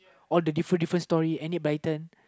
all the different different story Enid-Blyton